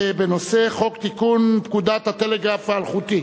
חוק לתיקון פקודת הטלגרף האלחוטי.